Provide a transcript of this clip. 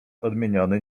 odmieniony